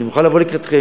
אני מוכן לבוא לקראתכם,